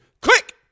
click